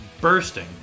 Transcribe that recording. bursting